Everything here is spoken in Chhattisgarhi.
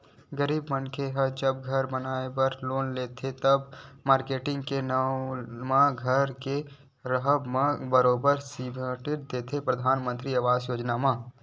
गरीब मनखे ह जब घर बनाए बर लोन देथे त, मारकेटिंग के नांव म घर के राहब म बरोबर सब्सिडी देथे परधानमंतरी आवास योजना म